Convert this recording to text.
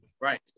Right